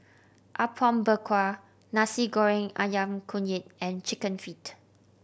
Apom Berkuah Nasi Goreng Ayam Kunyit and Chicken Feet